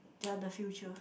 they are the future